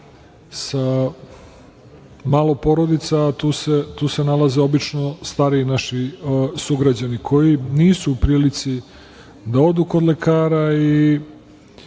sa malo porodica, a tu se nalaze obično stariji naši sugrađani koji nisu u prilici da odu kod lekara i